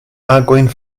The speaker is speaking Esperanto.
agojn